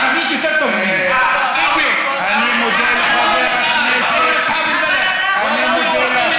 (אומר בערבית: הדברים שאתה אומר חסרי שחר ולא יתממשו.) מה לנו יש?